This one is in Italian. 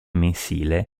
mensile